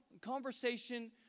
conversation